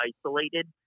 isolated